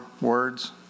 words